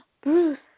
Bruce